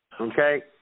okay